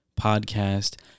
podcast